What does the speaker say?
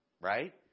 right